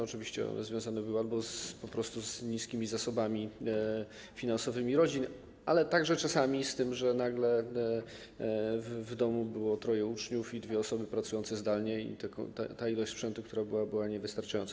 Oczywiście one związane były po prostu z niskimi zasobami finansowymi rodzin, ale także czasami z tym, że nagle w domu było troje uczniów i dwie osoby pracujące zdalnie i ta ilość sprzętu, która była, była niewystarczająca.